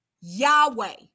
Yahweh